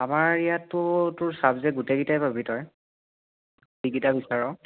আমাৰ ইয়াততো তোৰ ছাবজেক্ট গোটেইকেইটাই পাবি তই যিকেইটা বিচাৰ